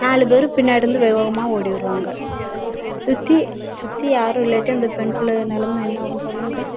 நாலுப்பேர் பின்னாடி இருந்து வேகவேகமாக ஓடி வருவாங்க சுற்றி சுற்றி யாரும் இல்லாட்டி அந்த பெண் பிள்ளை நெலமை என்னாகும் சொல்லுங்கள்